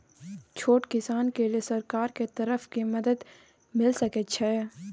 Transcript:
छोट किसान के लिए सरकार के तरफ कि मदद मिल सके छै?